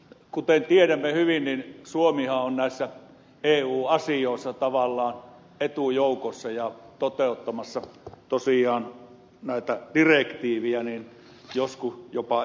kuten tiedämme hyvin suomihan on näissä eu asioissa tavallaan etujoukossa ja toteuttamassa tosiaan näitä direktiivejä joskus jopa ennakkoon